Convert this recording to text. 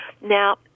Now